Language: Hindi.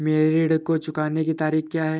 मेरे ऋण को चुकाने की तारीख़ क्या है?